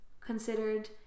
considered